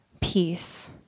peace